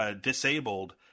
disabled